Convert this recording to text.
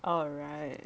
alright